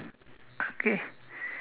okay